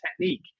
technique